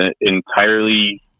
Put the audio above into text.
entirely